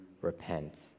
repent